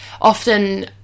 Often